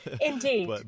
Indeed